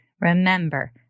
remember